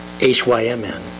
H-Y-M-N